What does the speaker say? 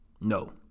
No